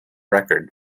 record